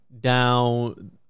down